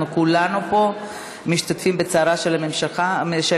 אנחנו כולנו פה משתתפים בצערה של המשפחה,